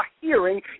hearing